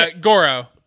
Goro